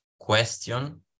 question